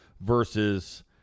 versus